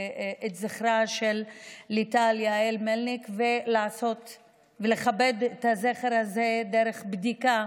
להעלות את זכרה של ליטל יעל מלניק ולכבד את זכרה דרך בדיקה